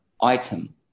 item